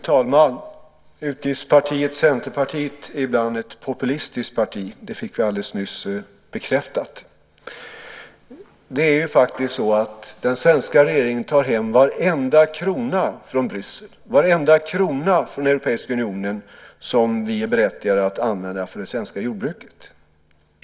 Fru talman! Utgiftspartiet Centerpartiet är ibland ett populistiskt parti. Det fick vi alldeles nyss bekräftat. Den svenska regeringen tar hem varenda krona från Bryssel och Europeiska unionen som vi är berättigade att använda för det svenska jordbruket.